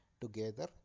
together